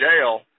jail